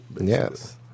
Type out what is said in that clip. Yes